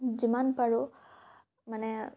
যিমান পাৰোঁ মানে